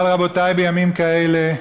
אבל, רבותי, בימים כאלה,